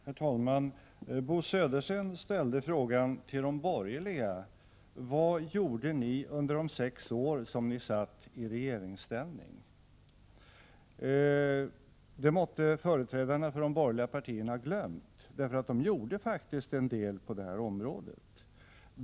Herr talman! Bo Södersten ställde frågan till de borgerliga: Vad gjorde ni under de sex år ni satt i regeringsställning? Det måtte företrädarna för de borgerliga partierna ha glömt. De gjorde faktiskt en del på det här området.